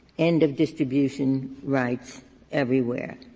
end of distribution rights everywhere,